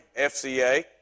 FCA